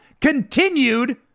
continued